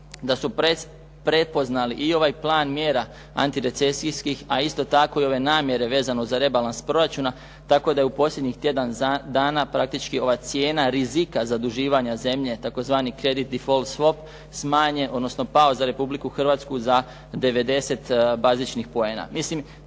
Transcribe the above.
da su prepoznali i ovaj plan mjera antirecesijskih, a isto tako i ove namjere vezano za rebalans proračuna tako da je u posljednjih tjedan dana praktički ova cijena rizika zaduživanja zemlje, tzv. krediti …/Govornik se ne razumije./… smanjen, odnosno pao za Republiku Hrvatsku za 90 bazičnih poena.